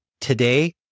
Today